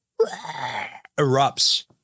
Erupts